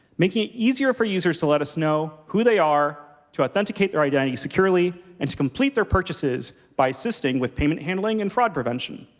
making it easier for users to let us know who they are, to authenticate their identity securely, and to complete their purchases by assisting with payment handling and fraud prevention.